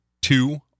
two